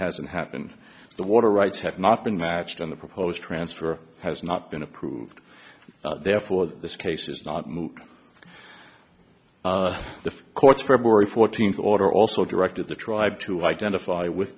hasn't happened the water rights have not been matched on the proposed transfer has not been approved therefore this case is not moved the courts february fourteenth order also directed the tribe to identify with